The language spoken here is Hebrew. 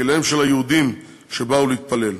בכליהם של היהודים שבאו להתפלל.